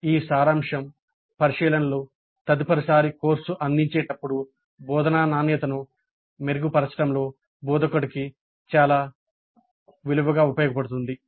ఈ సారాంశం పరిశీలనలు తదుపరిసారి కోర్సు అందించేటప్పుడు బోధనా నాణ్యతను మెరుగుపరచడంలో బోధకుడికి చాలా విలువైనవి